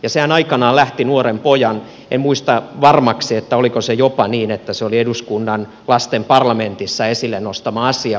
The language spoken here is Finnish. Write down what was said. ja sehän aikanaan lähti nuoren pojan aloitteesta en muista varmaksi oliko se jopa niin että se oli eduskunnan lasten parlamentissa esille nostettu asia